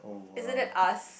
isn't it ask